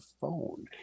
phone